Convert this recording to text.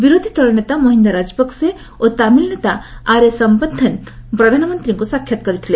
ବିରୋଧୀ ଦଳ ନେତା ମହିନ୍ଦା ରାଜପକ୍ଷେ ଏବଂ ତାମିଲ୍ ନେତା ଆର୍ଏ ସମ୍ପନ୍ତୁନ ପ୍ରଧାନମନ୍ତ୍ରୀଙ୍କୁ ସାକ୍ଷାତ୍ କରିଥିଲେ